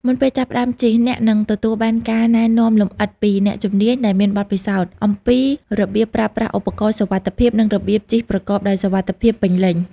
មុនពេលចាប់ផ្តើមជិះ អ្នកនឹងទទួលបានការណែនាំលម្អិតពីអ្នកជំនាញដែលមានបទពិសោធន៍អំពីរបៀបប្រើប្រាស់ឧបករណ៍សុវត្ថិភាព និងរបៀបជិះប្រកបដោយសុវត្ថិភាពពេញលេញ។